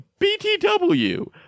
BTW